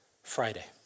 friday